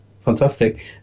fantastic